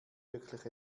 wirklich